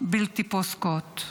בלתי פוסקות,